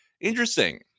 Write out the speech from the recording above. Interesting